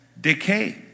decay